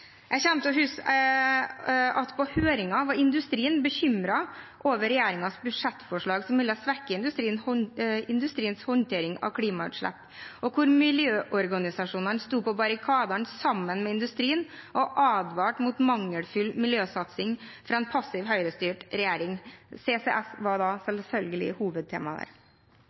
Jeg kommer til å huske at i høringen var industrien bekymret over regjeringens budsjettforslag, som ville svekke industriens håndtering av klimautslipp, og hvor miljøorganisasjonene sto på barrikadene sammen med industrien og advarte mot mangelfull miljøsatsing fra en passiv, Høyre-styrt regjering. CCS var selvfølgelig et hovedtema der.